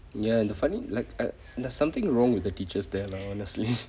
ya and the funny like uh there's something wrong with the teachers there lah honestly